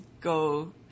go